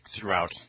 throughout